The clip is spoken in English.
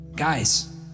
Guys